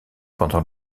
pendant